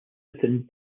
within